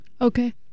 okay